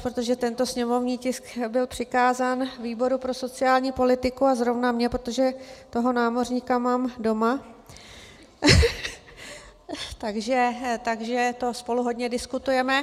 Protože tento sněmovní tisk byl přikázán výboru pro sociální politiku a zrovna mně, protože toho námořníka mám doma, takže to spolu hodně diskutujeme.